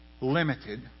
limited